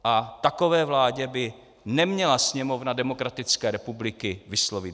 A takové vládě by neměla Sněmovna demokratické republiky vyslovit důvěru.